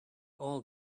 all